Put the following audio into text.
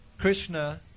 Krishna